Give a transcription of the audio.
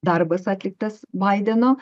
darbas atliktas baideno